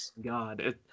god